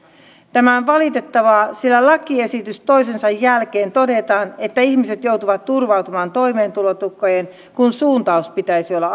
tämä on valitettavaa sillä lakiesitys toisensa jälkeen todetaan että ihmiset joutuvat turvautumaan toimeentulotukeen kun suuntauksen pitäisi olla